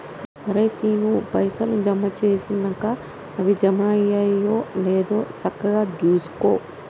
ఒరే శీనూ, పైసలు జమ జేసినంక అవి జమైనయో లేదో సక్కగ జూసుకో